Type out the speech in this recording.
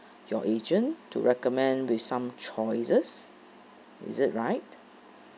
your agent to recommend with some choices is it right